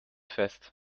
fest